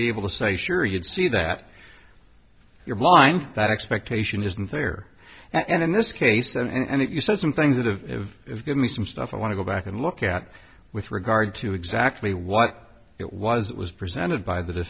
be able to say sure you'd see that you're blind that expectation isn't there and in this case and if you said some things that of give me some stuff i want to go back and look at with regard to exactly what it was that was presented by the